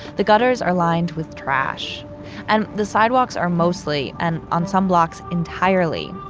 the gutters are lined with trash and the sidewalks are mostly, and on some blocks entirely,